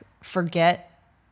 forget